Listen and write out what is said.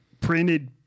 printed